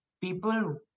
People